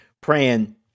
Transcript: praying